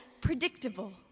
predictable